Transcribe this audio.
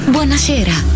Buonasera